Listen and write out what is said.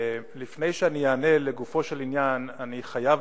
לפני שאני אענה לגופו של עניין אני חייב